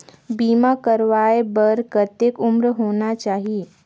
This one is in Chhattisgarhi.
बीमा करवाय बार कतेक उम्र होना चाही?